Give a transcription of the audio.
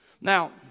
Now